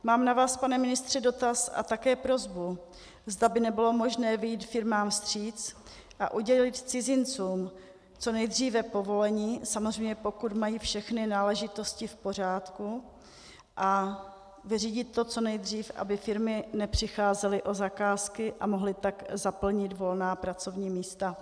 Mám na vás, pane ministře, dotaz a také prosbu, zda by nebylo možné vyjít firmám vstříc a udělit cizincům co nejdříve povolení, samozřejmě pokud mají všechny náležitosti v pořádku, a vyřídit to co nejdřív, aby firmy nepřicházely o zakázky a mohly tak zaplnit volná pracovní místa.